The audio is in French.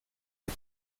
les